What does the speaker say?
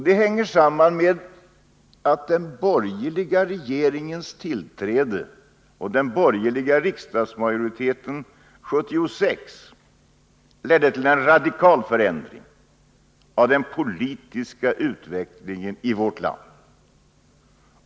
Det hänger samman med att den borgerliga regeringens tillträde och den borgerliga riksdagsmajoritetens bildande 1976 ledde till en radikal förändring av den politiska utvecklingen i vårt land.